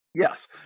Yes